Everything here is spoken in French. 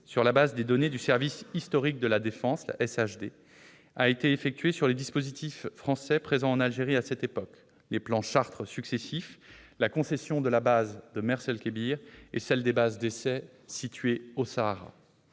sur la base des données dont dispose le service historique de la défense, le SHD, a donc été consacré aux dispositifs français présents en Algérie à cette époque : les plans « Chartres » successifs, la concession de la base de Mers el-Kébir et celle des bases d'essais situées au Sahara.